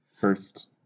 First